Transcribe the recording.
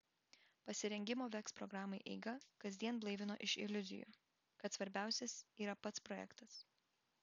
pasirengimo veks programai eiga kasdien blaivino iš iliuzijų kad svarbiausias yra pats projektas